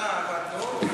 שנה עבדנו,